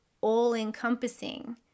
all-encompassing